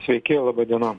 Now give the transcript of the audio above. sveiki laba diena